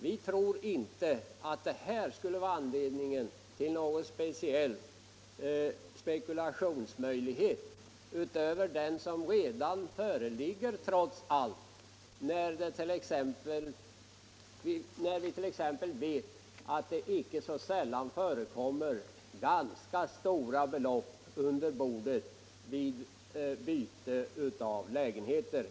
Vi tror inte att det vi här föreslagit skulle ge möjligheter till spekulation, utöver de möjligheter som trots allt redan finns — vi vet att det icke så sällan förekommer ganska stora belopp under bordet vid överlåtelser av lägenheter.